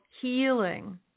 healing